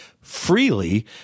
freely